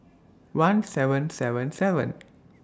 one seven seven seven